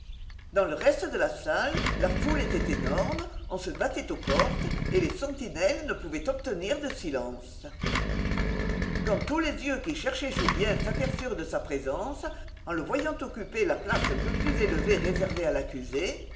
dans le reste de la salle la foule était énorme on se battait aux portes et les sentinelles ne pouvaient obtenir de silence quand tous les yeux qui cherchaient julien s'aperçurent de sa présence en le voyant occuper la place un peu plus élevée réservée à l'accusé